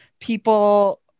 people